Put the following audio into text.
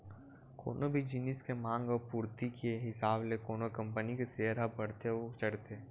कोनो भी जिनिस के मांग अउ पूरति के हिसाब ले कोनो कंपनी के सेयर ह बड़थे अउ चढ़थे